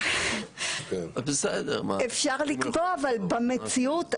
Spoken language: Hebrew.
אפשר לקבוע אבל במציאות,